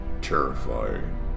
terrifying